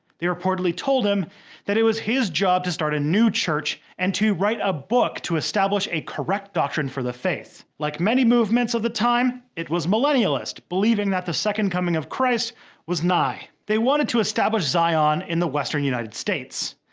they reportedly told him that it was his job to start a new church and to write a book to establish a correct doctrine for the faith. like many movements of the time, it was millennialist, believing that the second coming of christ was nigh. they wanted to establish zion in the western united states.